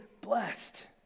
blessed